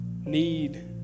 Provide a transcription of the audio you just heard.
need